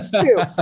two